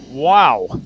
wow